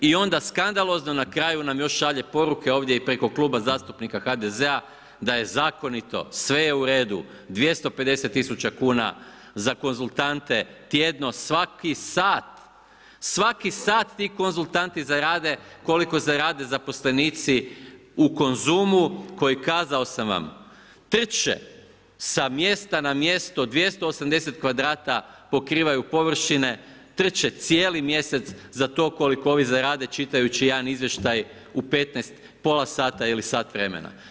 I onda skandalozno na kraju nam još šalje poruke ovdje i preko Kluba zastupnika HDZ-a da je zakonito, sve je uredu, 250 tisuća kuna za konzultante tjedno, svaki sat, svaki sat ti konzultanti zarade koliko zarade zaposlenici u Konzumu koji kazao sam vam trče sa mjesta na mjesto 280 kvadrata pokrivaju površine, trče cijeli mjesec za to koliko ovi zarade čitajući jedan izvještaj u pola sata ili sat vremena.